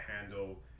handle